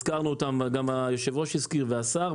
הזכרנו אותם וגם היושב-ראש הזכיר וגם השר.